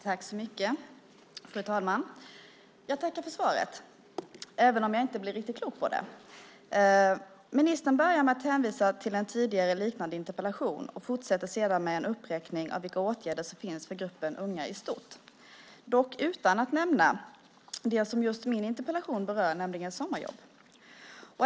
Fru talman! Jag tackar statsrådet för svaret, även om jag inte blir riktigt klok på det. Ministern började med att hänvisa till en tidigare liknande interpellation och fortsatte sedan med en uppräkning av vilka åtgärder som vidtas för gruppen unga i stort. Dock nämner han inte det just min interpellation berör, nämligen sommarjobb.